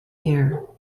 year